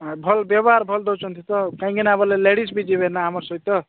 ହଁ ଭଲ ବ୍ୟବହାର ଭଲ ଦେଉଛନ୍ତି ତ କାହିଁକିନା ବୋଇଲେ ଲେଡ଼ିଜ୍ ବି ଯିବେ ନା ଆମର୍ ସହିତ